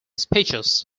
speeches